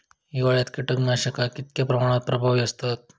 हिवाळ्यात कीटकनाशका कीतक्या प्रमाणात प्रभावी असतत?